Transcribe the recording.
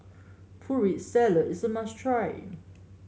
Putri Salad is a must try